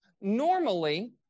normally